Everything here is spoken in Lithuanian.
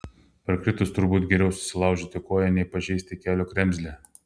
parkritus turbūt geriau susilaužyti koją nei pažeisti kelio kremzlę